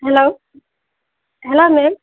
hello hello ma'am